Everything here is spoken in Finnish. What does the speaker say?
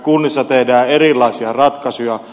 kunnissa tehdään erilaisia ratkaisuja